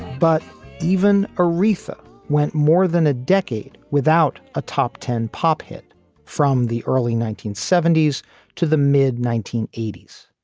but even aretha went more than a decade without a top ten pop hit from the early nineteen seventy s to the mid nineteen eighty s.